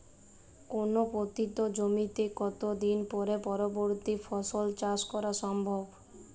কোনো পতিত জমিতে কত দিন পরে পরবর্তী ফসল চাষ করা সম্ভব?